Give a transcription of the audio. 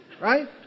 Right